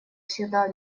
всегда